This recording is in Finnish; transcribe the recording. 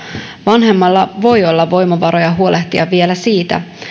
vanhemmalla voi olla voimavaroja huolehtia vielä siitä